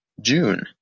June